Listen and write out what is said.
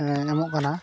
ᱮ ᱮᱢᱚᱜ ᱠᱟᱱᱟ